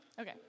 Okay